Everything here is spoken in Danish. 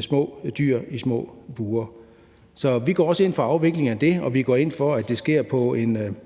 små dyr i små bure. Så vi går også ind for en afvikling af det, og vi går ind for, at det sker på en